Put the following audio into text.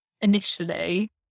initially